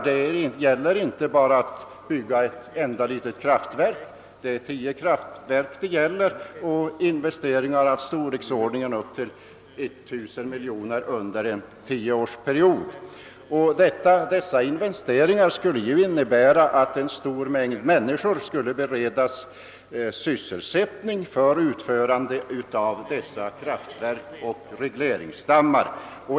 Det gäller inte bara ett enda litet kraftverk, utan det gäller tio kraftverk och investeringar av en storleksordning av upp till 1000 miljoner kronor under en tioårsperiod. Dessa in vesteringar skulle ju innebära att sysselsättning skulle kunna beredas ett stort antal människor för byggande av dessa kraftverk och regleringsdammar.